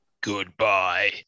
Goodbye